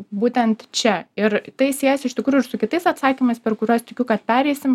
būtent čia ir tai siejasi iš tikrųjų it su kitais atsakymais per kuriuos tikiu kad pereisim